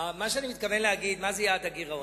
מה שאני מתכוון להגיד, מה זה יעד הגירעון?